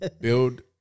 Build